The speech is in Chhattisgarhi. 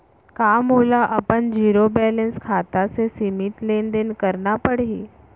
का मोला अपन जीरो बैलेंस खाता से सीमित लेनदेन करना पड़हि?